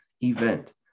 event